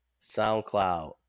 SoundCloud